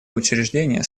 учреждения